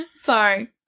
Sorry